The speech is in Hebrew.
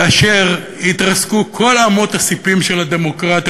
כאשר התרסקו כל אמות הספים של הדמוקרטיה.